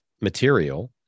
material